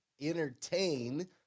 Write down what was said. entertain